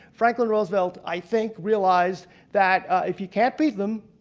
franklin roosevelt i think realized that if you can't beat them,